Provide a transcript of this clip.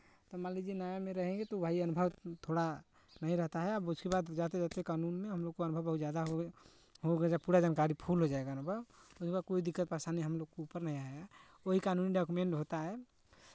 तो मान लीजिये नया में रहेंगे तो वहीं अनुभव थोड़ा नहीं रहता है उसके बाद जाते जाते कानून में हमलोग कानून को अनुभव बहुत ज़्यादा हो जाता पूरा जानकारी फुल हो जायेगा अनुभव उसके बाद कोई दिक्कत परेशानी हमलोग को ऊपर नहीं आएगा वहीं कानूनी डॉक्यूमेंट होता है